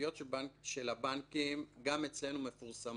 של הבנקים, גם אצלנו מפורסמות